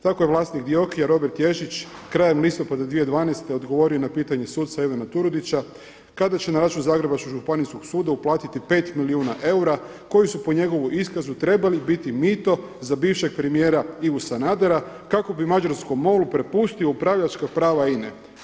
Tako je vlasnik DIOKI-a Robert Ježić krajem listopada 2012. odgovorio na pitanje suca Ivana Turudića kada će na račun Županijskog suda uplatiti 5 milijuna eura koji su po njegovu iskazu trebali biti mito za bivšeg premijera Ivu Sanadera kako bi mađarskom MOL-u prepustio upravljačka prava INA-e.